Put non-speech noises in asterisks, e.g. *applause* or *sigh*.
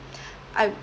*breath* I